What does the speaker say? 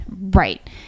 Right